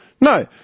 No